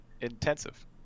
intensive